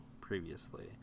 previously